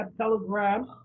Telegram